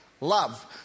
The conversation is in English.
love